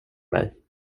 mig